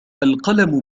القلم